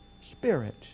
spirit